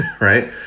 right